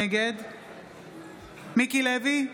נגד מיקי לוי,